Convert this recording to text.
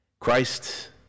Christ